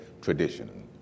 tradition